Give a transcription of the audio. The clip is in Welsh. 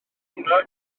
hwnna